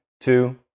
two